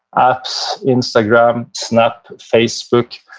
apps, instagram, snap, facebook,